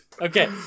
Okay